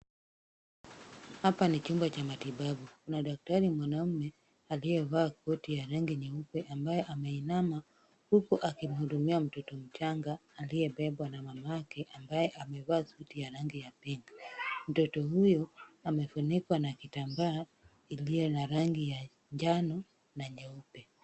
Hapa ni chumba cha matibabu. Kuna daktari mwanamume aliyevaa koti ya rangi nyeupe ambaye ameinama huku akimhudumia mtoto mchanga aliyebebwa na mamake ambaye amevaa suti ya rangi ya pink . Mtoto huyo amefunikwa na kitambaa iliyo na rangi ya njano na nyeupe.